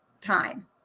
time